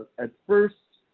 at first,